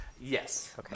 Yes